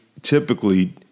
Typically